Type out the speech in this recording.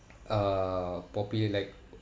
uh probably like